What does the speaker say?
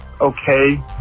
okay